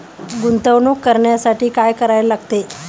गुंतवणूक करण्यासाठी काय करायला लागते?